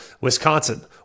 Wisconsin